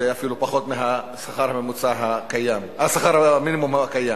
זה אפילו פחות משכר המינימום הקיים.